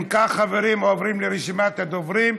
אם כך, חברים, עוברים לרשימת הדוברים.